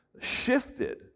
shifted